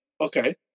Okay